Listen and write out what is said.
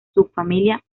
subfamilia